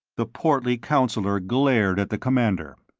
the portly councillor glared at the commander.